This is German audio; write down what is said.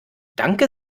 danke